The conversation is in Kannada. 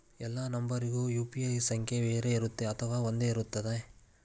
ಎಲ್ಲಾ ನಂಬರಿಗೂ ಯು.ಪಿ.ಐ ಸಂಖ್ಯೆ ಬೇರೆ ಇರುತ್ತದೆ ಅಥವಾ ಒಂದೇ ಇರುತ್ತದೆ?